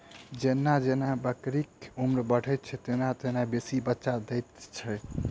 जेना जेना बकरीक उम्र बढ़ैत छै, तेना तेना बेसी बच्चा दैत छै